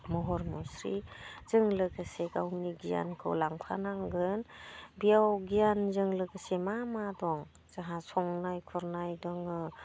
महर मुस्रिजों लोगोसे गावनि गियानखौ लांफानांगोन बेयाव गियानजों लोगोसे मा मा दं जाहा संनाय खावनाय दङ